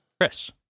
Chris